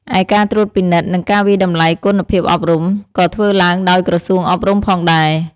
ឯការត្រួតពិនិត្យ និងការវាយតម្លៃគុណភាពអប់រំ ក៏ធ្វើឡើងដោយក្រសួងអប់រំផងដែរ។